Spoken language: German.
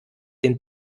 den